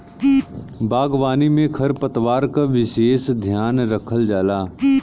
बागवानी में खरपतवार क विसेस ध्यान रखल जाला